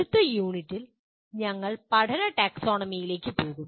അടുത്ത യൂണിറ്റിൽ ഞങ്ങൾ പഠന ടാക്സോണമിയിലേക്ക് പോകും